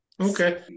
Okay